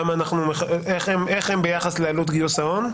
איך הם ביחס לעלות גיוס ההון?